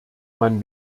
man